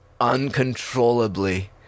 uncontrollably